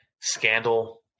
scandal